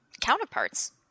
counterparts